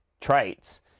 traits